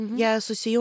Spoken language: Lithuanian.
jie susi